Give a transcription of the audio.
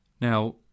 Now